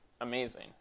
amazing